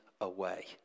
away